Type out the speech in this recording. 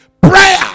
prayer